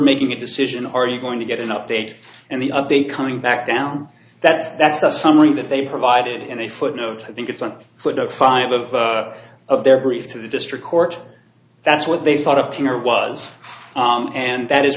making a decision are you going to get an update and the update coming back down that's that's a summary that they provided in a footnote i think it's one footnote five of of their brief to the district court that's what they thought up here was and that is